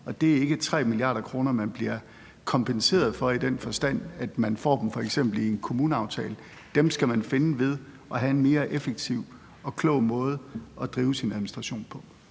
og det er ikke 3 mia. kr., man bliver kompenseret for, i den forstand at man f.eks. får dem i en kommuneaftale. Dem skal man finde ved at have en mere effektiv og klog måde at drive sin administration på.